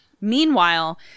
Meanwhile